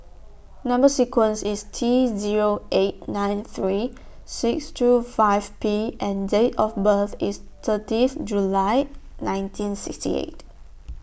Number sequence IS T Zero eight nine three six two five P and Date of birth IS thirtieth July nineteen sixty eight